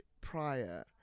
prior